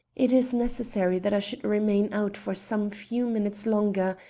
it is necessary that i should remain out for some few minutes longer,